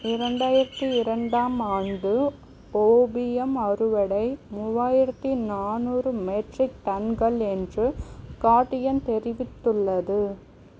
இரண்டாயிரத்து இரண்டாம் ஆண்டு ஓபியம் அறுவடை மூவாயிரத்து நானூறு மெட்ரிக் டன்கள் என்று கார்டியன் தெரிவித்துள்ளது